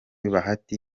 bahati